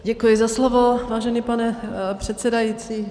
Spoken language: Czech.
Děkuji za slovo, vážený pane předsedající.